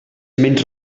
menys